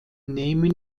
nehmen